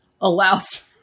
allows